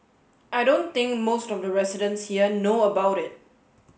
I don't think most of the residents here know about it